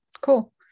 Cool